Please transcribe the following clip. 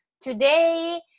today